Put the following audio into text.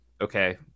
okay